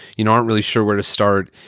you know, aren't really sure where to start.